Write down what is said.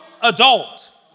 adult